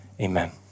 amen